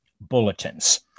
bulletins